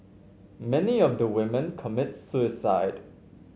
many of the women commit suicide